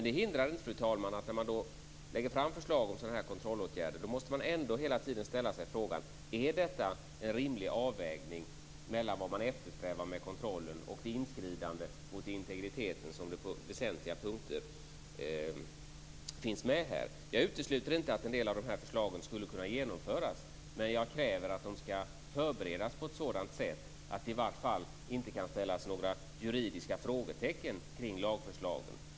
Det hindrar inte, fru talman, att man när man lägger fram förslag om kontrollåtgärder hela tiden måste ställa frågan: Är detta en rimlig avvägning mellan vad man eftersträvar med kontrollen och det inskridande mot integriteten som på väsentliga punkter finns med här? Jag utesluter inte att en del av de här förslagen skulle kunna genomföras, men jag kräver att de skall förberedas på ett sådant sätt att det i varje fall inte kan ställas några juridiska frågetecken kring lagförslaget.